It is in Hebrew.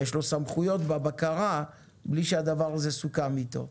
יש לו סמכויות בבקרה בלי שהדבר הזה סוכם איתו.